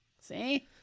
See